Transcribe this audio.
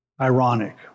ironic